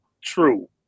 true